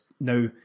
now